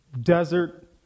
desert